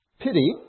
pity